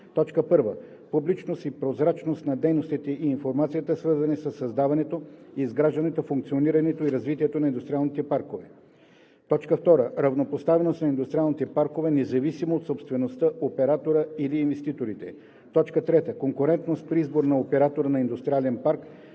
принципи: 1. публичност и прозрачност на дейностите и информацията, свързани със създаването, изграждането, функционирането и развитието на индустриалните паркове; 2. равнопоставеност на индустриалните паркове независимо от собствеността, оператора или инвеститорите; 3. конкурентност при избор на оператор на индустриален парк,